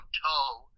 toe